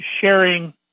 sharing